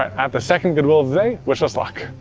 at the second goodwill of the day, wish us luck.